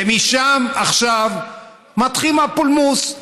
ומשם, עכשיו מתחיל הפולמוס.